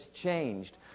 changed